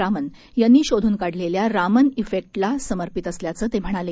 रामन यांनी शोधून काढलेल्या रामन फिंक्टला समर्पित असल्याचं ते म्हणाले